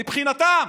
מבחינתם.